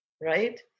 right